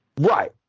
Right